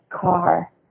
car